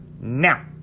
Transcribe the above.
Now